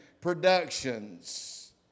productions